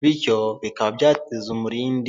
bityo bikaba byateza umurindi.